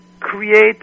create